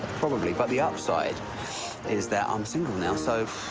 probably. but the upside is that i'm single now. so,